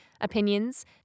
opinions